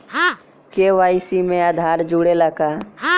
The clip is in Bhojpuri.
के.वाइ.सी में आधार जुड़े ला का?